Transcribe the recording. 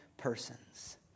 Persons